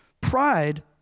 pride